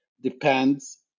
depends